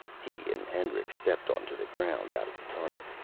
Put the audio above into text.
he and hendricks stepped onto the ground, out of the tunnel.